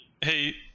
Hey